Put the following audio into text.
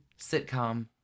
sitcom